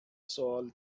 سؤال